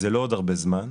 זה לא הרבה זמן.